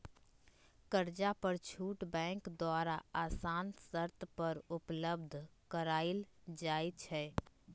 कर्जा पर छुट बैंक द्वारा असान शरत पर उपलब्ध करायल जाइ छइ